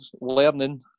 learning